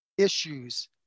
Issues